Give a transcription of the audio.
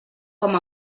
com